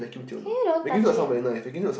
can you don't touch it